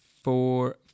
four